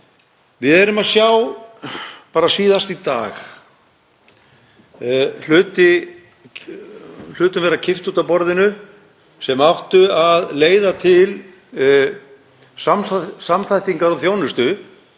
við sjáum, bara síðast í dag, hlutum kippt út af borðinu sem áttu að leiða til samþættingar á þjónustu.